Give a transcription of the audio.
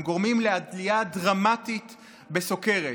הם גורמים לעלייה דרמטית בסוכרת.